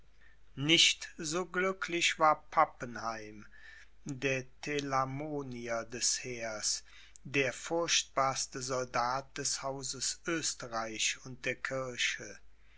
nicht so glücklich war pappenheim der telamonier des heers der furchtbarste soldat des hauses oesterreich und der kirche